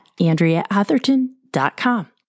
AndreaAtherton.com